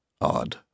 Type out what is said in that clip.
Odd